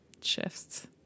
shifts